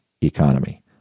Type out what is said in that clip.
economy